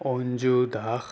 Anju Das